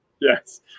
Yes